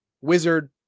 wizard